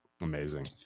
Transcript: amazing